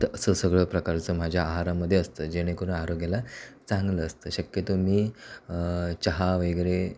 तर असं सगळं प्रकारचं माझ्या आहारामध्ये असतं जेणेकरून आरोग्याला चांगलं असतं शक्यतो मी चहा वगैरे